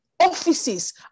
offices